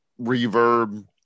reverb